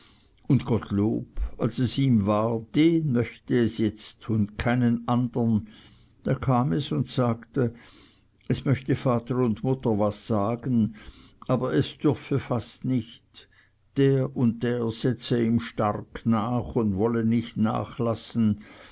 und gottlob als es ihm war den möchte es jetzt und keinen andern da kam es und sagte es möchte vater und mutter was sagen aber es dürfe fast nicht der und der setze ihm stark nach und wolle nicht nachlassen